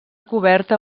coberta